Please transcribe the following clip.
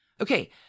Okay